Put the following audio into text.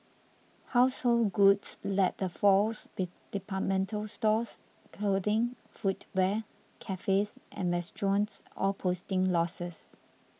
household goods led the falls with departmental stores clothing footwear cafes and restaurants all posting losses